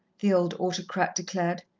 the old autocrat declared.